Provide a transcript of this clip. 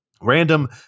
random